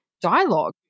dialogue